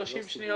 בשלושים שניות: